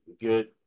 good